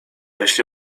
jeśli